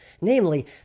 namely